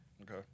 Okay